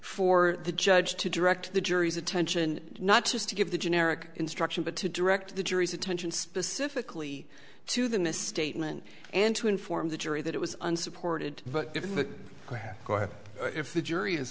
for the judge to direct the jury's attention not just to give the generic instruction but to direct the jury's attention specifically to the misstatement and to inform the jury that it was unsupported but given the if the jury is